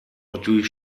natürlich